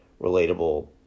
relatable